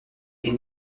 est